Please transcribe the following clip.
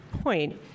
point